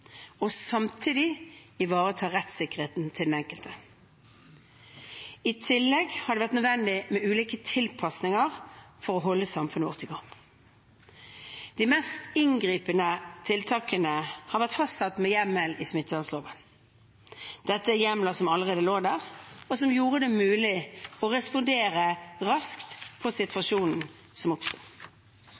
og samtidig ivareta rettssikkerheten til den enkelte. I tillegg har det vært nødvendig med ulike tilpasninger for å holde samfunnet vårt i gang. De mest inngripende tiltakene har vært fastsatt med hjemmel i smittevernloven. Dette er hjemler som allerede lå der, og som gjorde det mulig å respondere raskt på situasjonen som